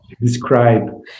describe